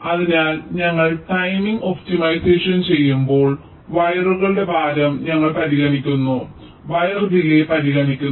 അതിനാൽ ഞങ്ങൾ timing optimisation ചെയ്യുമ്പോൾ വയറുകളുടെ ഭാരം ഞങ്ങൾ പരിഗണിക്കുന്നു ഞങ്ങൾ വയർ ഡിലേയ് പരിഗണിക്കുന്നു